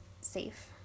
safe